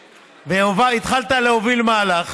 התחלת להוביל מהלך